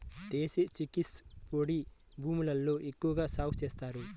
దేశీ chickpeas పొడి భూముల్లో ఎక్కువగా సాగు చేస్తారు